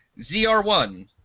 ZR1